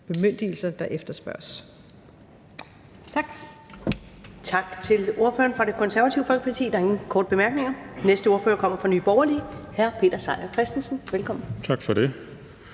bemyndigelser, der efterspørges. Tak.